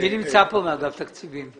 מי נמצא כאן מאגף, תקציבים?